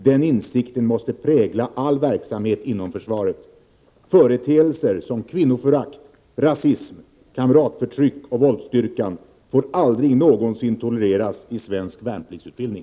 Den insikten måste prägla all verksamhet inom försvaret. Företeelser som kvinnoförakt, rasism, kamratförtryck och våldsdyrkan får aldrig någonsin tolereras i svensk värnpliktsutbildning.”